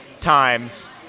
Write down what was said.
times